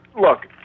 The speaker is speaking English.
look